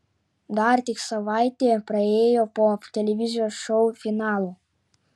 dar tik savaitė praėjo po televizijos šou finalo